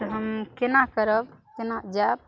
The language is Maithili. तऽ हम केना करब केना जायब